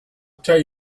tell